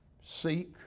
seek